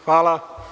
Hvala.